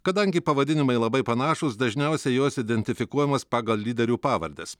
kadangi pavadinimai labai panašūs dažniausiai jos identifikuojamos pagal lyderių pavardes